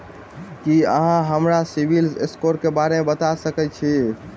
की अहाँ हमरा CIBIL score क बारे मे बता सकइत छथि?